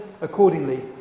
accordingly